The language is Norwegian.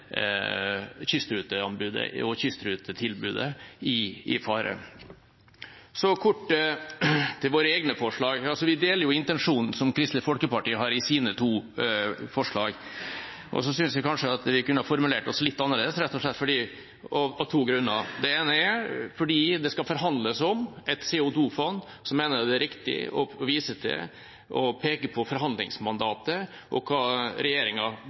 kystrutetilbudet i fare. Så kort om våre egne forslag. Vi deler intensjonen som Kristelig Folkeparti har i sine to forslag. Og så synes jeg kanskje vi kunne formulert oss litt annerledes – av to grunner. Den ene er at fordi det skal forhandles om et CO2-fond, mener jeg det er riktig å peke på forhandlingsmandatet og hva